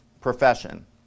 profession